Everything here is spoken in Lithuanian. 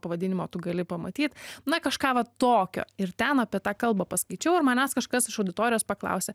pavadinimo tu gali pamatyt na kažką va tokio ir ten apie tą kalbą paskaičiau manęs kažkas iš auditorijos paklausė